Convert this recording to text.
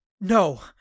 No